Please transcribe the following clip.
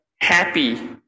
happy